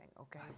okay